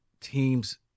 teams